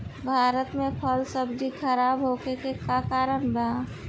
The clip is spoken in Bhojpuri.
भारत में फल सब्जी खराब होखे के का कारण बा?